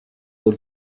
will